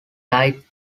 died